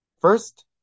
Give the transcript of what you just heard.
first